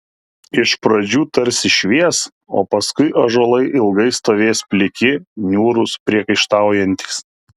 iš pradžių tarsi švies o paskui ąžuolai ilgai stovės pliki niūrūs priekaištaujantys